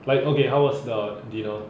like okay how was the dinner